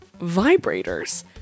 vibrators